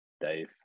Dave